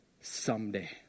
someday